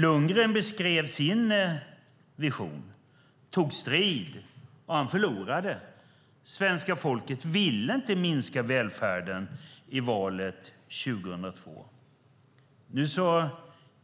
Lundgren beskrev sin vision, tog strid och förlorade. Svenska folket ville inte minska välfärden i valet 2002. Nu